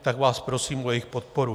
Tak vás prosím o jejich podporu.